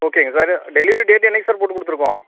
ஓகேங்க sir delivery date என்றைக்கி sir போட்டுக் கொடுத்துருக்கோம்